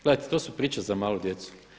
Gledajte, to su priče za malu djecu.